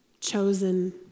Chosen